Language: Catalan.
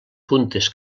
puntes